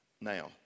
Now